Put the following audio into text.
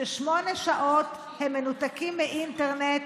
שמונה שעות הם מנותקים מאינטרנט